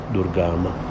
Durgama